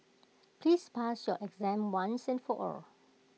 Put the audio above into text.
please pass your exam once and for all